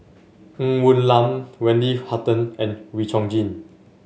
Ng Woon Lam Wendy Hutton and Wee Chong Jin